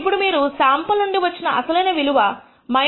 అప్పుడు మీరు శాంపుల్ నుండి వచ్చిన అసలైన విలువ 1